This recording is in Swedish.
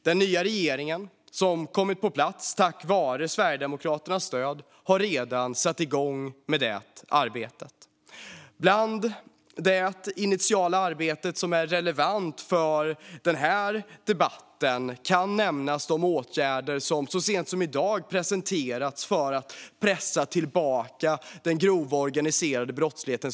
Den nya regeringen, som kommit på plats tack vare Sverigedemokraternas stöd, har redan satt igång med det arbetet. I det initiala arbete som är relevant för den här debatten kan nämnas åtgärderna, som presenterades så sent som i dag, för att pressa tillbaka den grova, organiserade brottsligheten.